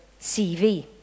cv